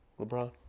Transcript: LeBron